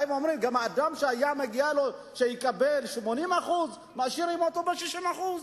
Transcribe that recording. הם אומרים שגם אדם שהגיע לו לקבל 80% משאירים אותו ב-60%.